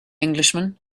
englishman